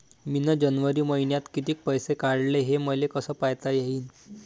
मिन जनवरी मईन्यात कितीक पैसे काढले, हे मले कस पायता येईन?